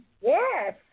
Yes